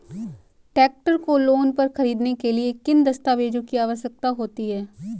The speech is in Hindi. ट्रैक्टर को लोंन पर खरीदने के लिए किन दस्तावेज़ों की आवश्यकता होती है?